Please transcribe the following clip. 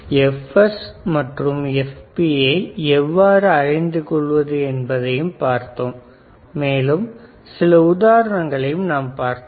Fs மற்றும் Fp யை எவ்வாறு அறிந்துகொள்வது என்பதையும் பார்த்தோம் மேலும் சில உதாரணங்களையும் நாம் பார்த்தோம்